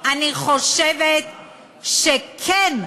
אני חושבת שכן,